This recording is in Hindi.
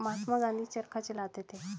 महात्मा गांधी चरखा चलाते थे